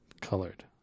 colored